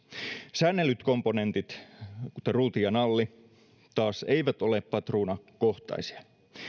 säännellyt komponentit kuten ruuti ja nalli taas eivät ole patruunakohtaisia